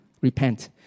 repent